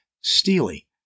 steely